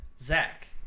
Zach